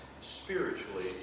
spiritually